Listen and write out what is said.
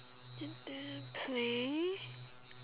and then play